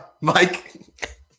Mike